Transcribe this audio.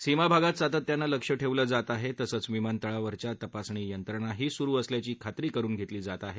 सीमा भागात सातत्यानं लक्ष ठेवलं जात आहे तसंच विमानतळावरच्या तपासणी यंत्रणाही सुरु असल्याची खात्री करुन घेतली जात आहे